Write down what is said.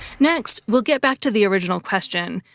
next, we'll get back to the original question,